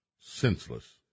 Senseless